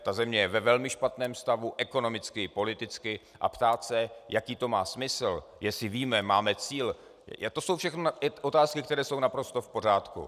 Ta země je ve velmi špatném stavu ekonomicky i politicky a ptát se, jaký to má smysl, jestli víme, máme cíl to jsou všechno otázky, které jsou naprosto v pořádku.